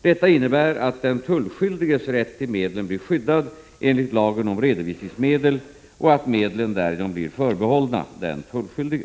Detta innebär att den tullskyldiges rätt till medlen blir skyddad enligt lagen om redovisningsmedel och att medlen därigenom blir förbehållna den tullskyldige.